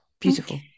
Beautiful